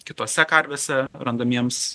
kitose karvėse randamiems